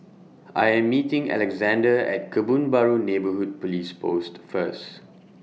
I Am meeting Alexandre At Kebun Baru Neighbourhood Police Post First